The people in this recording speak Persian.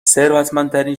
ثروتمندترین